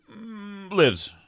Lives